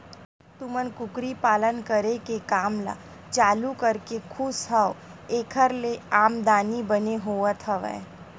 तुमन कुकरी पालन करे के काम ल चालू करके खुस हव ऐखर ले आमदानी बने होवत हवय?